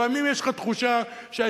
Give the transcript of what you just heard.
לפעמים יש לך תחושה שהאזרחים,